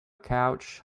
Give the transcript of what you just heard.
couch